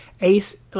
Ace